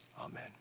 Amen